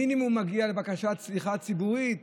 מינימום מגיעה בקשת סליחה ציבורית.